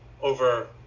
over